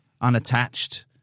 unattached